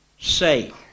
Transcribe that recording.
say